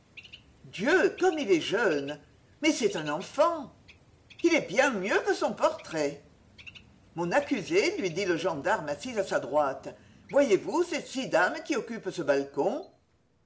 dieu comme il est jeune mais c'est un enfant il est bien mieux que son portrait mon accusé fui dit le gendarme assis à sa droite voyez-vous ces six dames qui occupent ce balcon